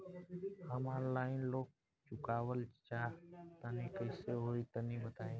हम online loan चुकावल चाहऽ तनि कइसे होई तनि बताई?